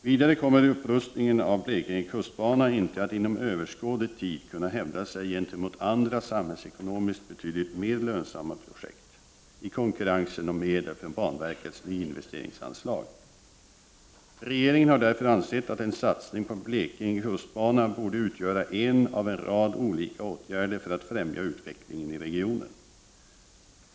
Vidare kommer upprustningen av Blekinge kustbana inte att inom överskådlig tid kunna hävda sig gentemot andra samhällsekonomiskt betydligt mer lönsamma projekt i konkurrensen om medel från banverkets nyinvesteringsanslag. Regeringen har därför ansett att en satsning på Blekinge kustbana borde utgöra en av en rad olika åtgärder för att främja utvecklingen i regionen.